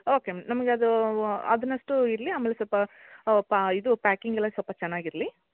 okay ನಮ್ಗೆ ಅದೂ ವ ಅದನ್ನಷ್ಟು ಇರಲಿ ಆಮೇಲೆ ಸ್ವಲ್ಪ ಪಾ ಇದು ಪ್ಯಾಕಿಂಗ್ ಎಲ್ಲ ಸ್ವಲ್ಪ ಚೆನ್ನಾಗಿರ್ಲಿ